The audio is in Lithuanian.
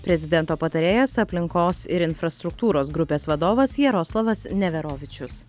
prezidento patarėjas aplinkos ir infrastruktūros grupės vadovas jaroslavas neverovičius